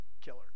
killer